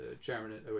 chairman